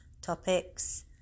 topics